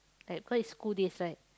like cause it's school days right